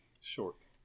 short